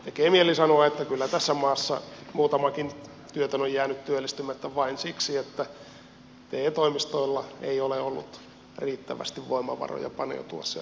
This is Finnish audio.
tekee mieli sanoa että kyllä tässä maassa muutamakin työtön on jäänyt työllistymättä vain siksi että te toimistoilla ei ole ollut riittävästi voimavaroja paneutua sen asian hoitamiseen